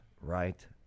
right